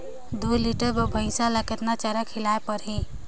दुई लीटर बार भइंसिया ला कतना चारा खिलाय परही?